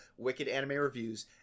wickedanimereviews